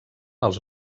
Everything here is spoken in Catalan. els